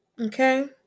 Okay